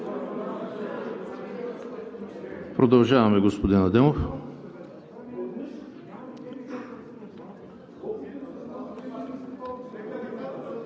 Продължаваме, господин Адемов.